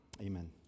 Amen